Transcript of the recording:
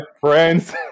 friends